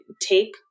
take